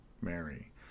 Mary